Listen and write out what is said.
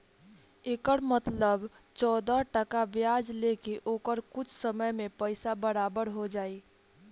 एकर मतलब चौदह टका ब्याज ले के ओकर कुछ समय मे पइसा बराबर हो जाई